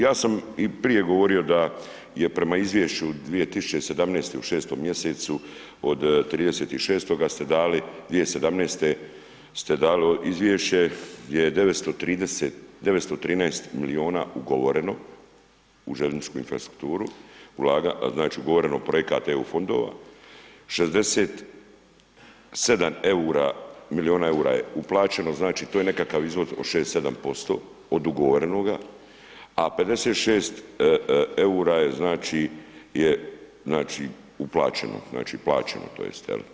Ja sam i prije govorio da je prema izvješću u 2017. u 6 mjesecu, od 36-toga ste dali 2017. ste dali izvješće gdje je 913 milijuna ugovoreno u željezničku infrastrukturu, znači, ugovoreno projekata i EU fondova, 67 milijuna EUR-a je uplaćeno, znači, to je nekakav izvod od 6-7% od ugovorenoga, a 56 EUR-a je, znači, je, znači, uplaćeno, znači, plaćeno tj. jel.